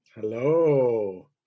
Hello